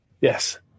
Yes